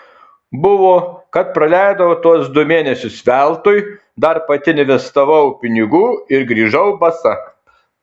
buvo kad praleidau tuos du mėnesius veltui dar pati investavau pinigų ir grįžau basa